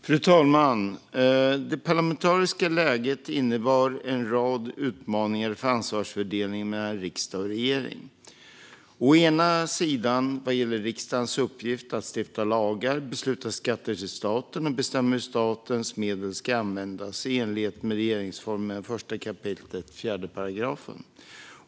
Fru talman! Det parlamentariska läget innebär en rad utmaningar för ansvarsfördelningen mellan riksdag och regering: Å ena sidan vad gäller riksdagens uppgift att stifta lagar, besluta om skatter till staten och bestämma hur statens medel ska användas, i enlighet med regeringsformen 1 kap. 4 §.